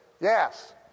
Yes